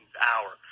hour